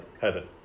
Heaven